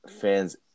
fans